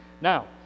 Now